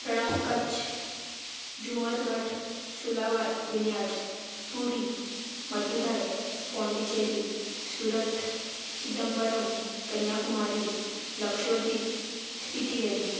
रणफ कच्छ झुमर घाट सुला वा विन्याड्स पुरी मधुराय पोंडीचेरी सुरत चिदंबरम कन्याकुमारी लक्ष्वदीप स्पिती वेली